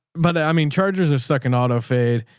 but i mean, chargers are sucking auto fade.